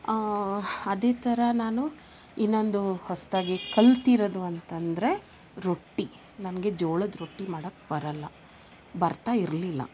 ಅದೇ ಥರ ನಾನು ಇನ್ನೊಂದು ಹೊಸ್ತಾಗಿ ಕಲ್ತಿರೋದು ಅಂತಂದರೆ ರೊಟ್ಟಿ ನನಗೆ ಜೋಳದ ರೊಟ್ಟಿ ಮಾಡಕ್ಕೆ ಬರಲ್ಲ ಬರ್ತಾ ಇರಲಿಲ್ಲ